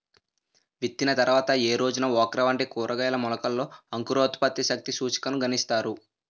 విత్తిన తర్వాత ఏ రోజున ఓక్రా వంటి కూరగాయల మొలకలలో అంకురోత్పత్తి శక్తి సూచికను గణిస్తారు?